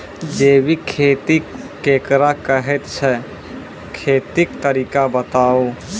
जैबिक खेती केकरा कहैत छै, खेतीक तरीका बताऊ?